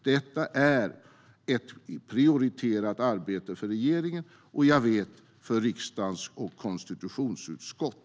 Detta är ett prioriterat arbete för regeringen och, vet jag, för riksdagens konstitutionsutskott.